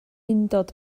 undod